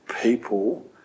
people